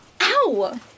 Ow